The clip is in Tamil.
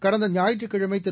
கடந்த ஞாயிற்றுக்கிழமை திரு